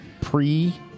pre-